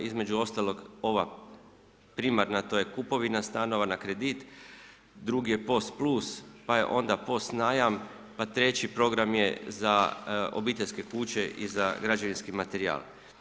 Između ostalog, ova primarna, to je kupovina stanova na kredit, drugi je POS plus, pa je onda POS najam, pa treći program je za obiteljske kuće i za građevinski materijal.